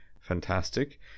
fantastic